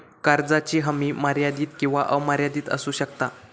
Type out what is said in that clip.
कर्जाची हमी मर्यादित किंवा अमर्यादित असू शकता